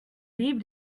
deep